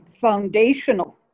foundational